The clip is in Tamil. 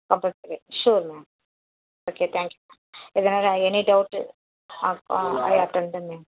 அப்போ சரி sure ma'am okay thank you ma'am ஏதனா எனி டவுட்டு ஆ ஐ அட்டன்ட் தன் மேம்